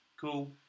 cool